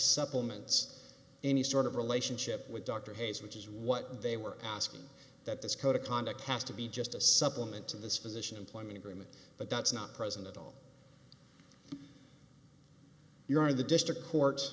supplements any sort of relationship with dr hayes which is what they were asking that this code of conduct has to be just a supplement to this physician employment agreement but that's not present at all you are the district court